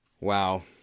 Wow